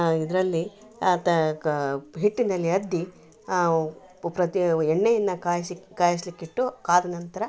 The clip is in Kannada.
ಆ ಇದ್ರಲ್ಲಿ ತಾ ಕ ಹಿಟ್ಟಿನಲ್ಲಿ ಅದ್ದಿ ಪ್ರತಿ ಎಣ್ಣೆಯನ್ನ ಕಾಯಿಸಿ ಕಾಯಿಸಲಿಕ್ಕಿಟ್ಟು ಕಾದ ನಂತರ